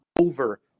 over